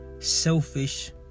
selfish